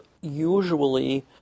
usually